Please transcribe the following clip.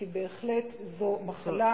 כי בהחלט זאת מחלה,